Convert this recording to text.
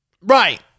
right